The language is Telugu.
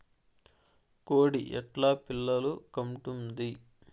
కోడి ఎట్లా పిల్లలు కంటుంది?